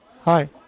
Hi